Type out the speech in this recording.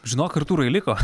žinok artūrai liko